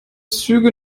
züge